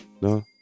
no